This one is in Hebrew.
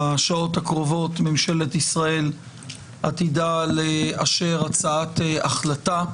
בשעות הקרובות ממשלת ישראל עתידה לאשר הצעת החלטה,